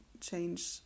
change